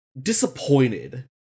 disappointed